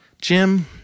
Jim